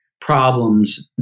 problems